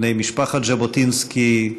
בני משפחת ז'בוטינסקי,